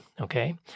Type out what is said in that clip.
okay